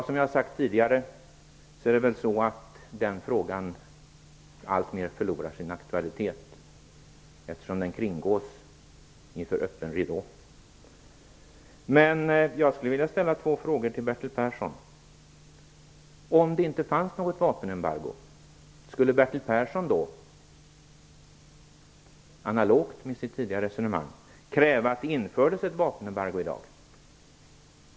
Som jag har sagt tidigare förlorar den frågan alltmer sin aktualitet, eftersom vapenembargot kringgås inför öppen ridå. Jag skulle vilja ställa två frågor till Bertil Persson. Skulle Bertil Persson, analogt med sitt tidigare resonemang, kräva att det infördes ett vapenembargo i dag om det inte fanns något?